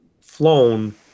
flown